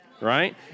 right